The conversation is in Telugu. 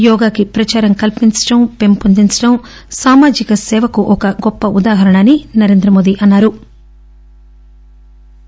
యోగాకి ప్రదారం కల్సించడం పెంపొందించడం సామాజిక సేవకు ఒక గొప్ప ఉదాహరణ అని నరేంద్ర మోదీ అన్నారు